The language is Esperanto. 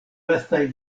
lastaj